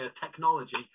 technology